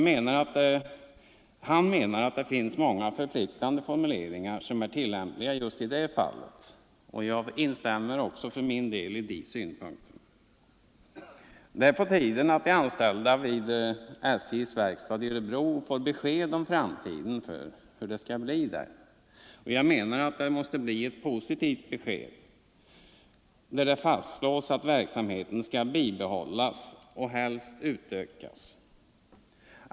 Han anser att det finns många förpliktande formuleringar som är tillämpliga just på detta fall. Jag instämmer också i den synpunkten. Det är på tiden att de anställda vid SJ:s verkstad i Örebro får besked om hur det skall bli med verkstaden, och jag menar att det måste bli ett positivt besked, där det fastslås att verksamheten skall bibehållas och helst utökas.